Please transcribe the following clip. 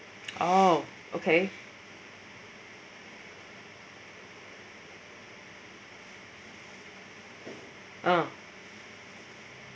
oh okay mm